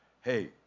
hey